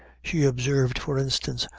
she observed, for instance,